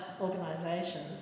organisations